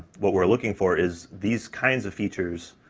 what we're looking for is these kinds of features,